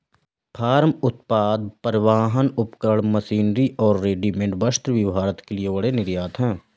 farm उत्पाद, परिवहन उपकरण, मशीनरी और रेडीमेड वस्त्र भी भारत के लिए बड़े निर्यात हैं